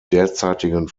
derzeitigen